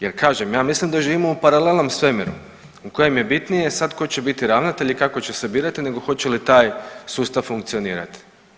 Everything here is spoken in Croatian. Jer kažem ja mislim da živimo u paralelnom svemiru u kojem je bitnije sad tko će biti ravnatelj i kako će se birati nego hoće li taj sustav funkcionirati.